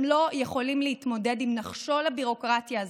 הם לא יכולים להתמודד עם נחשול הביורוקרטיה הזה.